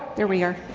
there we are,